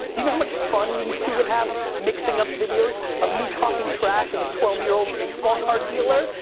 do you know how much fun these two would have mixing up videos of me talking trash as a twelve year old baseball card dealer?